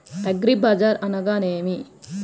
అగ్రిబజార్ అనగా నేమి?